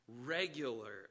regular